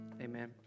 amen